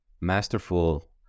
masterful